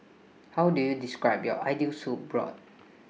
how do you describe your ideal soup broth